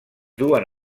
duen